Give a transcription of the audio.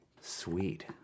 Sweet